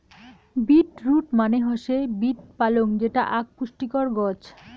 bit root মানে হৈসে beet পালং যেটা আক পুষ্টিকর গছ